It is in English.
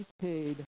paid